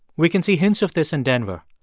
we can see hints of this in denver.